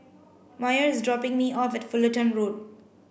Myer is dropping me off at Fullerton Road